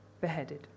beheaded